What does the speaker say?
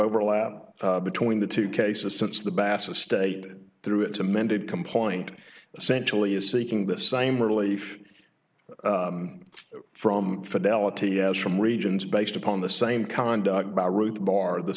overlap between the two cases since the bassa state through its amended complaint essentially is seeking the same relief from fidelity as from regions based upon the same conduct by ruth barr the